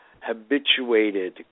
habituated